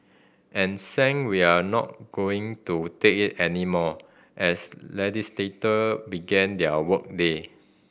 and sang we're not going to take it anymore as legislator began their work day